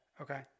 Okay